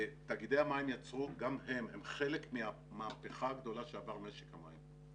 גם הם חלק מהמהפכה הגדולה שעבר משק המים.